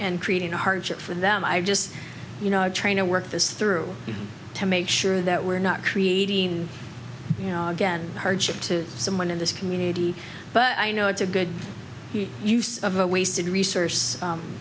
and creating a hardship for them i just you know trying to work this through to make sure that we're not creating again hardship to someone in this community but i know it's a good use of a wasted resource